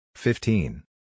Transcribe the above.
Fifteen